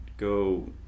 Go